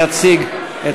יציג את